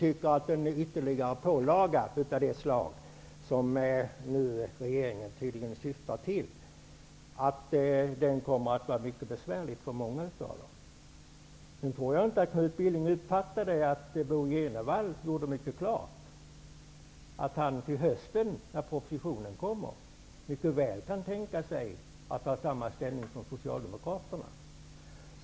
Ytterligare pålagor av det slag som regeringen nu tydligen syftar till kommer att vara mycket besvärliga för många av dessa människor. Jag tror inte att Knut Billing uppfattade att Bo Jenevall gjorde mycket klart att han när propositionen kommer i höst mycket väl kan tänka sig att ta samma ställning som Socialdemokraterna.